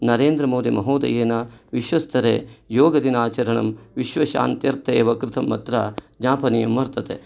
नरेन्द्रमोदीमहोदयेन विश्वस्तरे योगदिनाचरणं विश्वशान्त्यर्थे एव कृतम् अत्र ज्ञापनीयं वर्तते